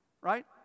right